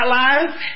life